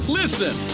listen